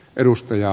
edustaja